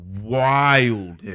wild